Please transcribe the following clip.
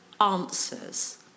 answers